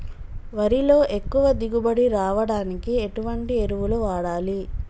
వరిలో ఎక్కువ దిగుబడి రావడానికి ఎటువంటి ఎరువులు వాడాలి?